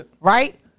right